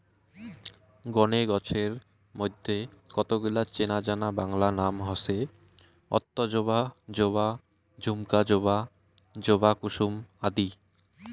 গণে গছের মইধ্যে কতগিলা চেনাজানা বাংলা নাম হসে অক্তজবা, জবা, ঝুমকা জবা, জবা কুসুম আদি